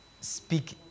speak